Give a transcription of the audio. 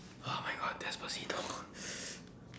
oh my god despacito